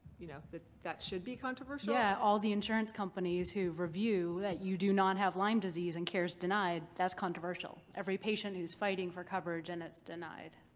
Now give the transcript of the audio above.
you know, that that should be controversial? yeah. all the insurance companies who review that you do not have lyme disease and care is denied, that's controversial. every patient who is fighting for coverage and it's denied.